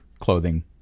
clothing